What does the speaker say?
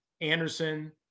Anderson